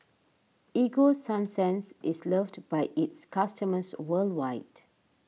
Ego Sunsense is loved by its customers worldwide